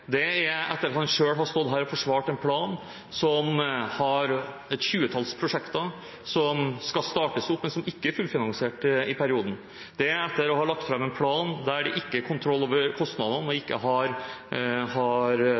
Det er etter at han selv har stått her og forsvart en plan som har et tjuetalls prosjekter som skal startes opp, men som ikke er fullfinansiert i perioden. Det er etter å ha lagt fram en plan der det ikke er kontroll over kostnadene, og der man ikke har